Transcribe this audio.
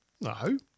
No